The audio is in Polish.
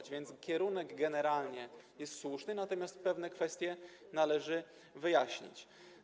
Tak więc kierunek generalnie jest słuszny, natomiast pewne kwestie należy wyjaśnić.